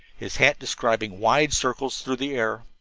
his hat describing wide circles through the air.